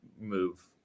move